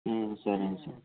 సరే అండి సరే